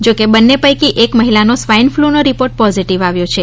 જોકે બંને પૈકી એક મહિલાનો સ્વાઇ ફલૂનો રિપોર્ટ પોઝિટિવ આવ્યો છે